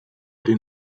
den